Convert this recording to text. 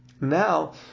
Now